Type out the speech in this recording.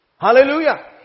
Hallelujah